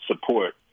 support